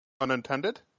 Unintended